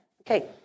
Okay